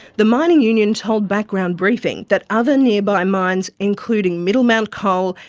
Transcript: the mining union told background briefing that other nearby mines including middlemount coal,